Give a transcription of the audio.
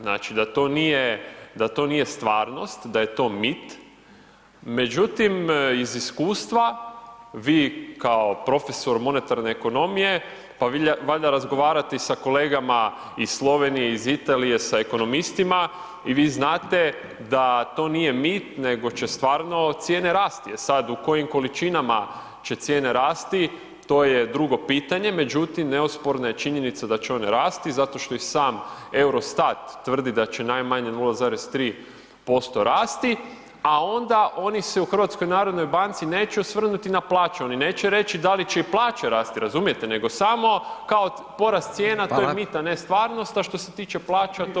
Znači, da to nije stvarnost, da je to mit, međutim iz iskustva vi kao profesor monetarne ekonomije pa valjda razgovarate sa kolegama iz Slovenije iz Italije sa ekonomistima i vi znate da to nije mit nego će stvarno cijene rasti, e sad u kojim količinama će cijene rasti to je drugo pitanje, međutim neosporna je činjenica da će one rasti zato što i sam Eurostat tvrdi da će najmanje 0,3% rasti, a onda oni se u HNB-u neće osvrnuti na plaće, oni neće reći da li će i plaće rasti, razumijete, nego samo kao porast cijena to je mit, [[Upadica: Hvala.]] a ne stvarnost, a što se tiče plaća to nitko